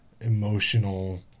emotional